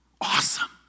Awesome